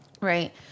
right